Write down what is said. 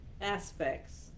Aspects